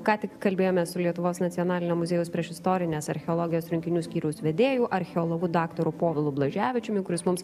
ką tik kalbėjome su lietuvos nacionalinio muziejaus priešistorinės archeologijos rinkinių skyriaus vedėju archeologu daktaru povilu blaževičiumi kuris mums